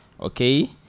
Okay